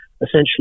essentially